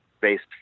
based